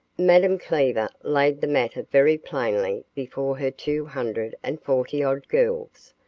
madame cleaver laid the matter very plainly before her two hundred and forty-odd girls.